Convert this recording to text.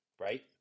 right